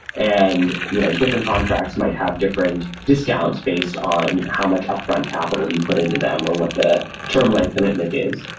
and you know different contracts might have different discounts based on how much upfront capital you put into them or what the term length commitment is.